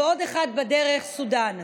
ועוד אחד בדרך, סודאן.